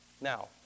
Now